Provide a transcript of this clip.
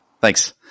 Thanks